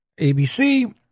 ABC